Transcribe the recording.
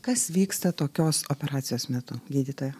kas vyksta tokios operacijos metu gydytoja